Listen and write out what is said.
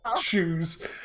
shoes